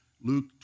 Luke